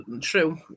true